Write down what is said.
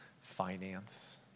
finance